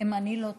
ואם אני לא טועה,